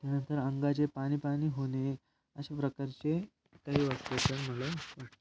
त्यानंतर अंगाचे पाणीपाणी होणे अशा प्रकारचे काही वाक्प्रचार मला